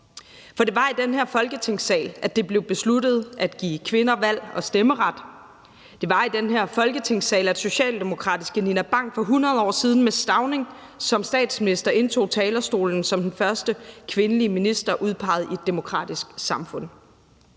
For det var i den her Folketingssal, at det blev besluttet at give kvinder valg- og stemmeret. Det er var i den her Folketingssal, at socialdemokratiske Nina Bang for 100 år siden med Stauning som statsminister indtog talerstolen som den første kvindelige minister udpeget i et demokratisk samfund.